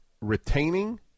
retaining